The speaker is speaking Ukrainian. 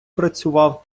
працював